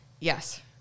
Yes